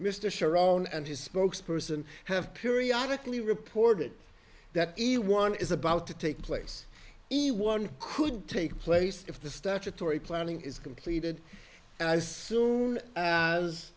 mr sharon and his spokesperson have periodic lee reported that each one is about to take place he one could take place if the statutory planning is completed as soon